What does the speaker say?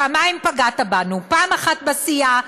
פעמיים פגעת בנו: פעם אחת בסיעה,